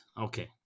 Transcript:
okay